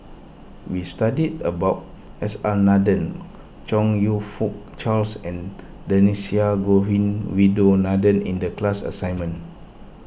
we studied about S R Nathan Chong You Fook Charles and Dhershini Govin in the class assignment